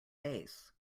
base